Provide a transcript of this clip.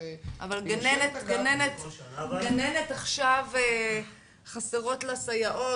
אבל אם לגננת חסרות סייעות?